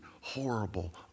horrible